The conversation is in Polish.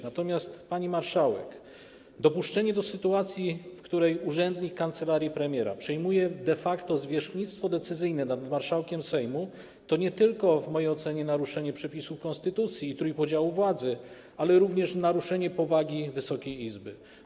Natomiast, pani marszałek, dopuszczenie do sytuacji, w której urzędnik kancelarii premiera przejmuje de facto zwierzchnictwo decyzyjne nad marszałkiem Sejmu, to w mojej ocenie nie tylko naruszenie przepisów konstytucji i trójpodziału władzy, ale również naruszenie powagi Wysokiej Izby.